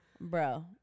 bro